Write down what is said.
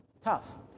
tough